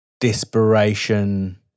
desperation